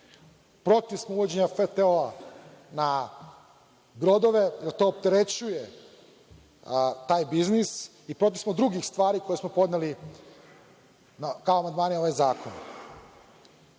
Protiv smo uvođenja FTO-a na brodove, jer to opterećuje taj biznis i protiv smo drugih stvari na koje smo podneli amandmane. Ja ne